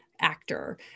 actor